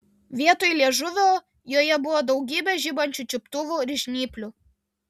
vietoj liežuvio joje buvo daugybė žibančių čiuptuvų ir žnyplių